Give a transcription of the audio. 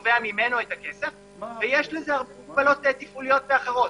ותובע ממנו את הכסף ויש לזה הגבלות תפעוליות ואחרות.